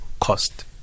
cost